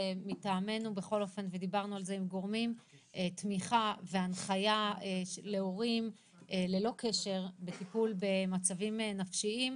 מטעמנו תמיכה והנחיה להורים ללא קשר לטיפול במצבים נפשיים,